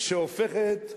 שהופכת,